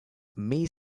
may